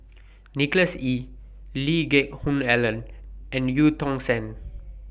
Nicholas Ee Lee Geck Hoon Ellen and EU Tong Sen